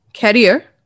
career